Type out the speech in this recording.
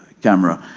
camera,